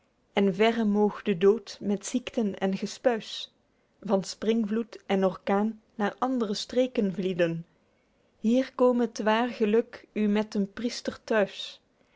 moog de dood met ziekten en gespuis van springvloed en orkaen naer andre streken vlieden hier kome t waer geluk u met den priester